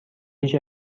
هیچ